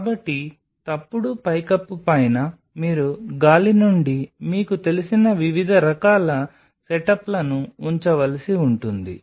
కాబట్టి తప్పుడు పైకప్పు పైన మీరు గాలి నుండి మీకు తెలిసిన వివిధ రకాల సెటప్లను ఉంచవలసి ఉంటుంది